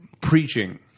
preaching